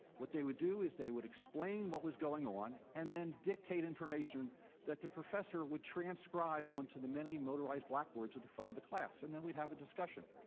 what they would do is they would explain what was going on and then dictate information that the professor would transcribe onto the many motorized blackboards in the front of the class, and then we'd have a discussion.